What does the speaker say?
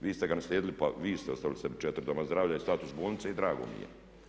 Vi ste ga naslijedili pa vi ste ostavili sebi 4 doma zdravlja i status bolnice i drago mi je.